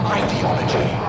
ideology